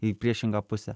į priešingą pusę